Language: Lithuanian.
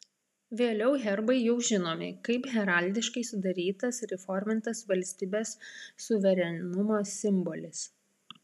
vėliau herbai jau žinomi kaip heraldiškai sudarytas ir įformintas valstybės suverenumo simbolis